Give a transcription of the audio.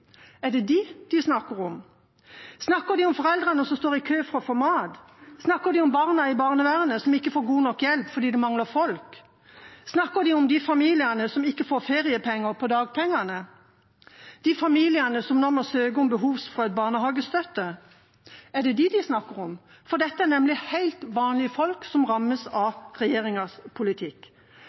er det dem de snakker om? Snakker de om foreldrene som står i kø for å få mat? Snakker de om barna i barnevernet som ikke får god nok hjelp fordi det mangler folk? Snakker de om de familiene som ikke får feriepenger av dagpengene? De familiene som nå må søke om behovsprøvd barnehagestøtte – er det dem de snakker om? Dette er nemlig helt vanlige folk som rammes av regjeringas politikk.